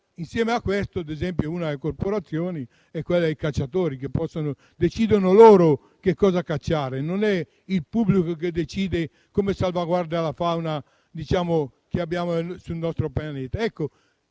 contano molto. Ad esempio, una delle corporazioni è quella dei cacciatori: decidono loro che cosa cacciare, non è il pubblico che decide come si salvaguarda la fauna del nostro pianeta.